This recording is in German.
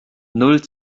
null